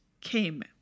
came